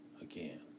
again